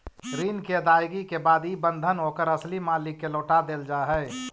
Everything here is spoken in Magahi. ऋण के अदायगी के बाद इ बंधन ओकर असली मालिक के लौटा देल जा हई